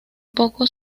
poco